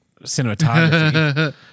cinematography